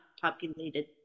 populated